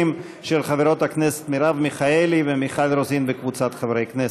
של חברות הכנסת מרב מיכאלי ומיכל רוזין וקבוצת חברי הכנסת.